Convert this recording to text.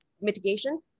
mitigation